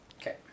Okay